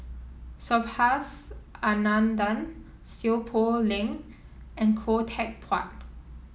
Subhas Anandan Seow Poh Leng and Khoo Teck Puat